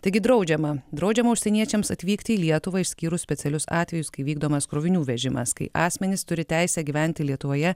taigi draudžiama draudžiama užsieniečiams atvykti į lietuvą išskyrus specialius atvejus kai vykdomas krovinių vežimas kai asmenys turi teisę gyventi lietuvoje